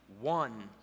one